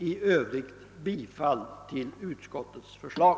I övrigt yrkar jag bifall till utskottets förslag.